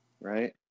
right